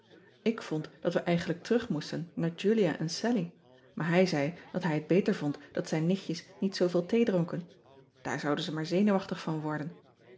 k vond dat we eigenlijk terug moesten naar ulia en allie maar hij zei dat hij het beter vond dat zijn nichtjes niet zooveel thee dronken aar zouden ze maar zenuwachtig van worden